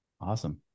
Awesome